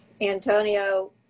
Antonio